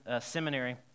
seminary